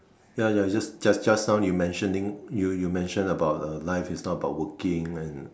ya ya just just just now you mentioning you you mention about uh life is not about working and